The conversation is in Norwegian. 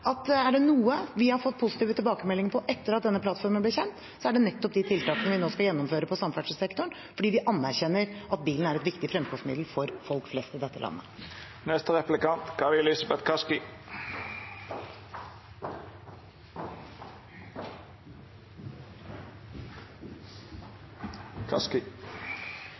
at er det noe vi har fått positive tilbakemeldinger på etter at denne plattformen ble kjent, er det nettopp de tiltakene vi nå skal gjennomføre i samferdselssektoren, fordi vi anerkjenner at bilen er et viktig fremkomstmiddel for folk flest i dette landet.